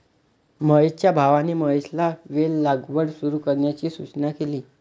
महेशच्या भावाने महेशला वेल लागवड सुरू करण्याची सूचना केली